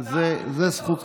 אבל זאת זכותך.